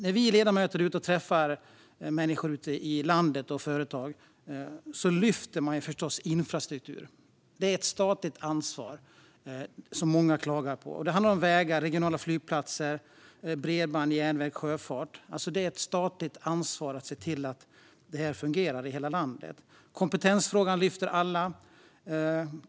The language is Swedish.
När vi ledamöter är ute och träffar människor och företag ute i landet lyfter man förstås infrastruktur. Det är ett statligt ansvar som många klagar på. Det handlar om vägar, regionala flygplatser, bredband, järnväg och sjöfart. Det är alltså ett statligt ansvar att se till att detta fungerar i hela landet. Kompetensfrågan lyfter alla.